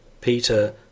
Peter